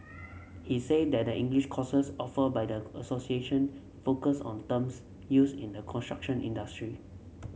he said that the English courses offered by the association focus on terms used in the construction industry